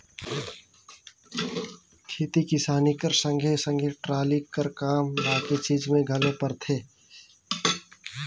खेती किसानी कर संघे सघे टराली कर काम बाकी चीज मे घलो परथे